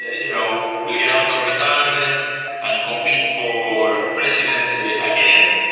ah you know will get out of retirement and compete for presidency again,